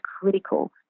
critical